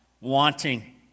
wanting